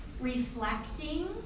Reflecting